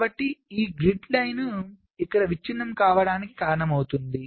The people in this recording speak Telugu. కాబట్టి ఈ గ్రిడ్ లైన్ ఇక్కడ విచ్ఛిన్నం కావడానికి కారణమవుతుంది